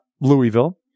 Louisville